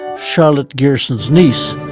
charlotte gerson's niece,